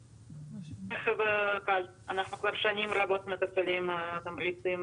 ברכב קל אנחנו כבר שנים רבות מתפעלים תמריצים,